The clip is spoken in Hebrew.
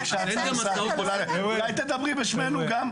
אולי תדברי גם בשמנו?